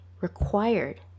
required